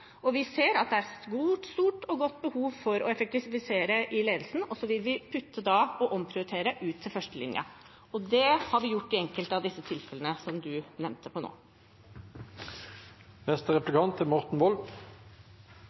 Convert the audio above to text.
rapport. Vi ser at det er et stort og godt behov for å effektivisere i ledelsen, og vi vil omprioritere til førstelinjen. Det har vi gjort i enkelte av de tilfellene representanten nå nevnte. Det er